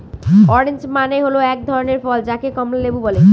orange মানে হল এক ধরনের ফল যাকে কমলা লেবু বলে